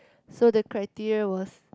so the criteria was